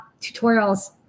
tutorials